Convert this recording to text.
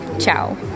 ciao